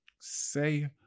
say